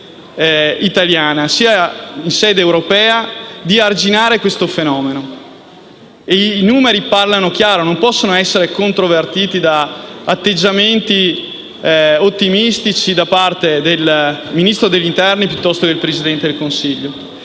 italiana sia in sede europea, di arginare questo fenomeno. I numeri parlano chiaro e non possono essere controvertiti da atteggiamenti ottimistici da parte del Ministro dell'interno o del Presidente del Consiglio.